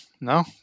no